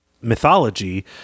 mythology